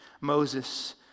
Moses